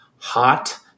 Hot